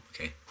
okay